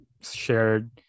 shared